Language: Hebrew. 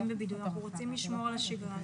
בבידוד ואנחנו רוצים לשמור על השגרה.